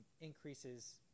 increases